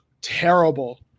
terrible